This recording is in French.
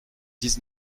dix